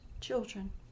children